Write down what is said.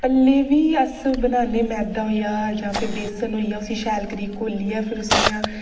भल्ले बी अस बनाने मैदा होई गेआ जा फ्ही बेसन होई गेआ उसी शैल करी घोलियै फिर उसी इयां